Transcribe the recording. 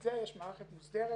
יש מערכת מוסדרת.